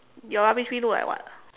your rubbish bin look like what